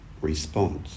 response